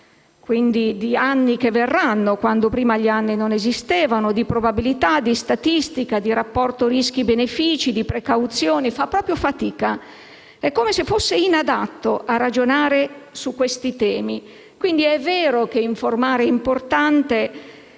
quindi, di anni che verranno, quando prima gli anni non esistevano), di probabilità, di statistica, di rapporto rischi-benefici e di precauzione. Fa proprio fatica: è come se il nostro cervello fosse proprio inadatto a ragionare su questi temi. Quindi, è vero che informare è importante,